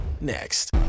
next